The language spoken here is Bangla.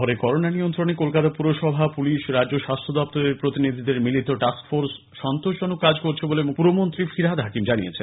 শহরে করোনা নিয়ন্ত্রণে কলকাতা পুরসভা পুলিশ রাজ্য স্বাস্হ্য দফতরের প্রতিনিধিদের মিলিত টাস্কফোর্স সন্তোষজনক কাজ করেছে বলে পুরমন্ত্রী মেয়র ফিরহাদ হাকিম জানিয়েছেন